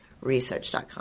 research.com